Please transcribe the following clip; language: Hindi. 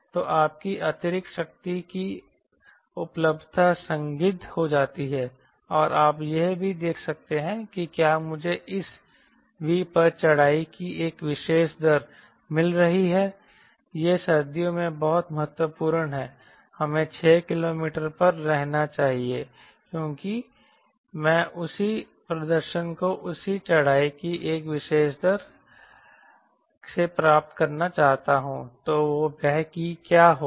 तो आपकी अतिरिक्त शक्ति की उपलब्धता संदिग्ध हो जाती है और आप यह भी देख सकते हैं कि क्या मुझे इस V पर चढ़ाई की एक विशेष दर मिल रही है यह सर्दियों में बहुत महत्वपूर्ण है हमें 6 किलोमीटर पर कहना चाहिए क्योंकि मैं उसी प्रदर्शन को उसी चढ़ाई की एक विशेष दर से प्राप्त करना चाहता हूं तो V क्या होगा